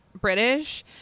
British